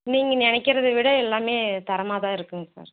நீங்கள் நினைக்கிறத விட எல்லாமே தரமாக தான் இருக்கும்ங்க சார்